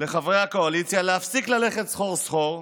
להפסיק ללכת סחור-סחור,